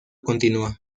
continúa